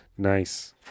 Nice